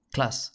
Class